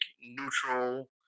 neutral